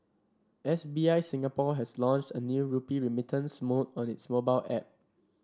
S B I Singapore has launched a new rupee remittance mode on its mobile app